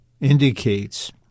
indicates